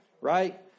Right